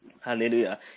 Hallelujah